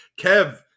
kev